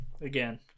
again